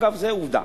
אגב, זה עובדה.